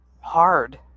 hard